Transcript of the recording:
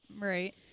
Right